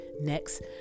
Next